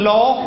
Law